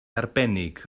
arbennig